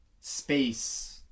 space